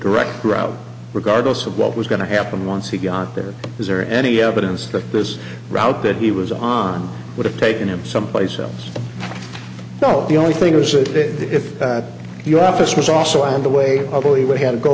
direct route regardless of what was going to happen once he got there is there any evidence that this route that he was on would have taken him someplace else though the only thing was that if your office was also on the way although he would have to go